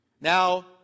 Now